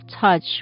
touch